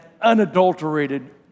unadulterated